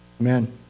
Amen